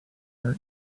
are